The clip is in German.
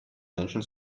menschen